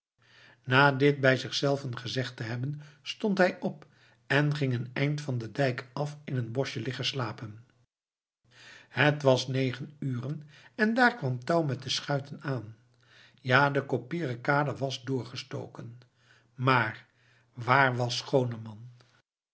na dit bij zichzelven gezegd te hebben stond hij op en ging een eind van den dijk af in een boschje liggen slapen het was negen uren en daar kwam touw met de schuiten aan ja de koppieren kade was doorgestoken maar waar was